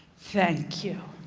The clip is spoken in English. thank you.